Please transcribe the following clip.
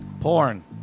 Porn